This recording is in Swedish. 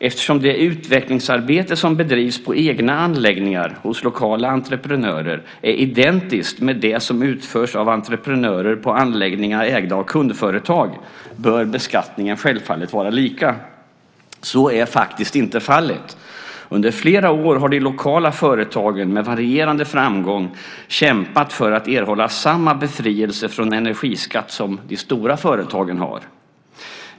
Eftersom det utvecklingsarbete som bedrivs på egna anläggningar hos lokala entreprenörer är identiskt med det som utförs av entreprenörer på anläggningar ägda av kundföretag, bör beskattningen självfallet vara lika. Så är faktiskt inte fallet. Under flera år har de lokala företagen med varierande framgång kämpat för att erhålla samma befrielse från energiskatt som de stora företagen har.